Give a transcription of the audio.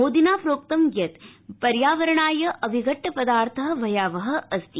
मोदिना प्रोक्तं यत् पर्यावरणाय अभिघट्ट पदार्थ भयावह अस्ति